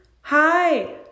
Hi